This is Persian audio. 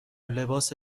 لباس